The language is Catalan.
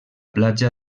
platja